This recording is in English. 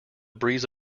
breeze